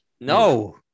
No